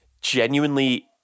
genuinely